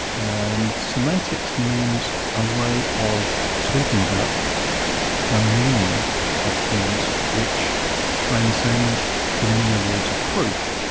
and semantics means a way of talking about the meaning of things which transcend the mere rules of proof,